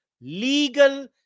legal